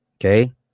Okay